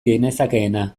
genezakeena